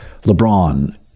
LeBron